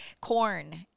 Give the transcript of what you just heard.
Corn